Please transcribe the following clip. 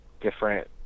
different